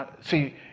see